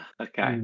Okay